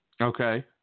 Okay